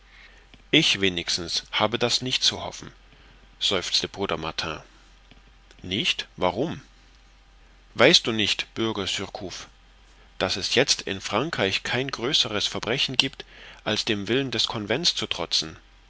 ich wenigstens habe das nicht zu hoffen seufzte bruder martin nicht warum weißt du nicht bürger surcouf daß es jetzt in frankreich kein größeres verbrechen gibt als dem willen des convents zu trotzen